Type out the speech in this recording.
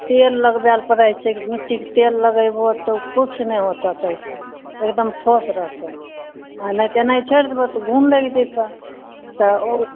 तेल लगबै लऽ पड़ैत छै मिट्टीके तेल लगेबहो किछु नहि होतो चौकीमे एकदम ठोस रहतौ आ नहि तऽ एनाहिते छोड़ि देबहो तऽ घून लगि जइतौ तऽ ओ